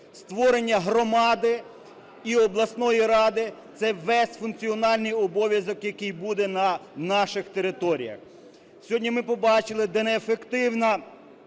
Створення громади і обласної ради – це весь функціональний обов’язок, який буде на наших територіях. Сьогодні ми побачили, де неефективне